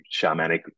shamanic